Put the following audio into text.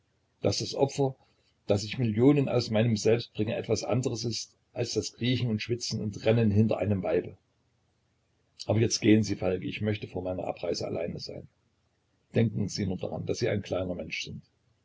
daß das opfer das ich millionen aus meinem selbst bringe etwas andres ist als das kriechen und schwitzen und rennen hinter einem weibe aber jetzt gehen sie falk ich möchte vor meiner abreise allein sein denken sie nur daran daß sie ein kleiner mensch sind